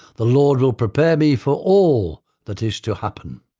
the lord will prepare me for all that is to happen.